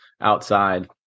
outside